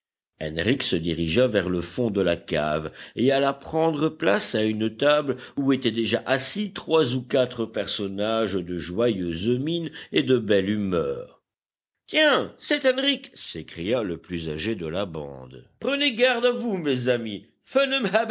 henrich se dirigea vers le fond de la cave et alla prendre place à une table où étaient déjà assis trois ou quatre personnages de joyeuse mine et de belle humeur tiens c'est henrich s'écria le plus âgé de la bande prenez garde à vous mes amis